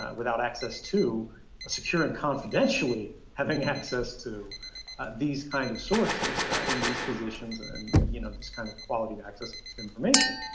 without access to a secure and confidentially having access to these kinds of sources in these positions and you know this kind of quality of access to information.